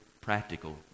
practical